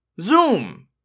Zoom